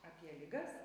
apie ligas